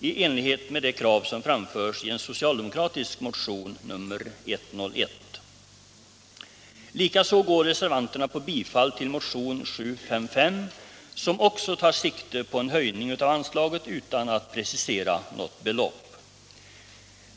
i enlighet med det krav som framförs i en socialdemokratisk motion, nr 101. Likaså går reservanterna på bifall till motionen 755, som tar sikte på en höjning av anslaget utan att precisera något belopp.